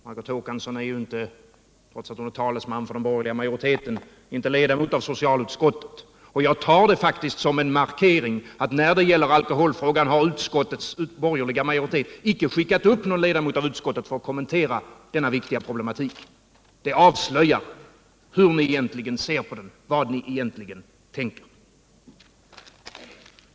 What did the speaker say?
Margot Håkansson är inte — trots att hon är talesman för den borgerliga majoriteten — ledamot av socialutskottet, och jag tar det faktiskt som en markering att när det gäller alkoholfrågan har utskottets borgerliga majoritet inte skickat upp någon ledamot för att kommentera den viktiga problematiken. Det avslöjar hur ni egentligen ser på den, vad ni egentligen tänker.